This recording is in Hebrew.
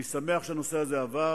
אני שמח שהנושא הזה עבר,